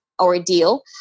ordeal